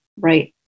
right